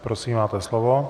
Prosím, máte slovo.